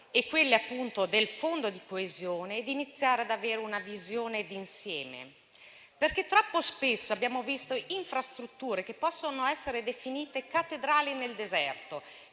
e resilienza e dal Fondo di coesione e iniziare ad avere una visione d'insieme. Troppo spesso abbiamo visto infrastrutture che possono essere definite cattedrali nel deserto,